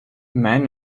man